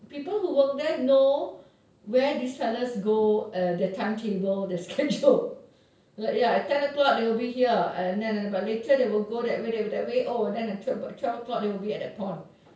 people who work there know where these fellas go uh their time table their schedule like ya at ten o'clock they will be here but later they will go that way that way oh then by twelve o'clock they will be at that pond